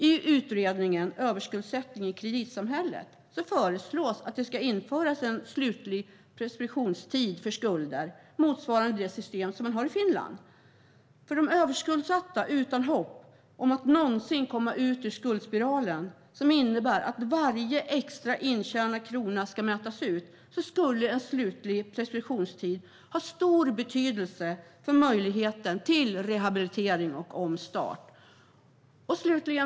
I utredningen Överskuldsättning i kreditsamhället? föreslås att det ska införas en slutlig preskriptionstid för skulder motsvarande det system som man har i Finland. För de överskuldsatta utan hopp om att någonsin komma ur skuldspiralen, som innebär att varje extra intjänad krona ska mätas ut, skulle en slutlig preskriptionstid ha stor betydelse för möjligheten till rehabilitering och omstart.